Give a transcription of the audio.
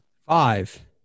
Five